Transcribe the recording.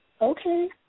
Okay